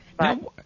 Now